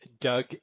Doug